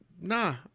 nah